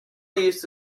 used